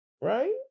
right